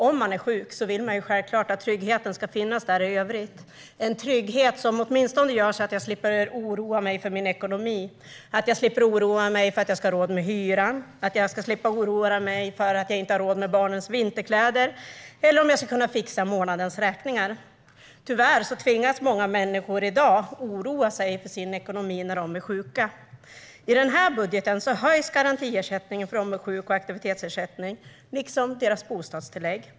Om man är sjuk vill man självklart att tryggheten i övrigt ska finnas där - en trygghet så att man åtminstone slipper oroa sig för sin ekonomi, för att man ska ha råd med hyran, för att man ska ha råd med barnens vinterkläder eller för att man ska kunna fixa månadens räkningar. Tyvärr tvingas många människor i dag att oroa sig för sin ekonomi när de är sjuka. I den här budgeten höjs garantiersättningen för dem med sjuk och aktivitetsersättning, liksom deras bostadstillägg.